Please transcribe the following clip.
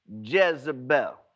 Jezebel